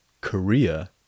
Korea